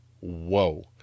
Whoa